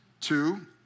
two